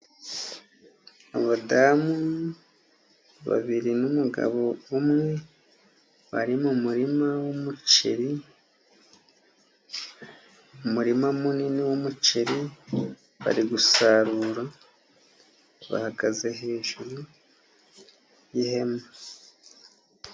Abadamu babiri n'umugabo umwe, bari mu murima w'umuceri, umurima munini w'umuceri, bari gusarura, bahagaze hejuru y'ihema.